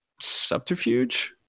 subterfuge